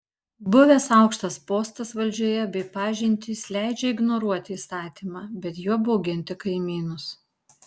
buvęs aukštas postas valdžioje bei pažintys leidžia ignoruoti įstatymą bet juo bauginti kaimynus